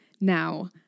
Now